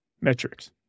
metrics